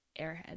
airhead